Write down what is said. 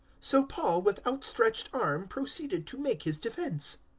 so paul, with outstretched arm, proceeded to make his defence.